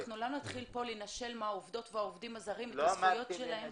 אנחנו לא נתחיל פה לנשל מהעובדים והעובדים הזרים את הזכויות שלהם.